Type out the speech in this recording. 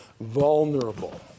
vulnerable